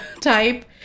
type